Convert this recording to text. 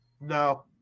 No